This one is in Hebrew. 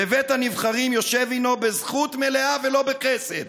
בבית הנבחרים / יושב הינו בזכות מלאה ולא בחסד...